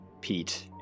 Pete